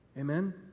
Amen